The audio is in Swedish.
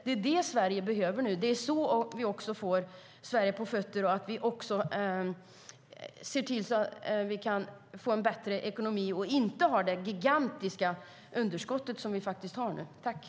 Det är vad Sverige nu behöver. På så sätt får vi Sverige på fötter, och vi får en bättre ekonomi i stället för det gigantiska underskott som vi faktiskt nu har.